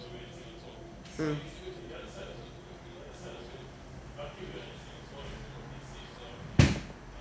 mm